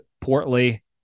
portly